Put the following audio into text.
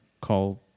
called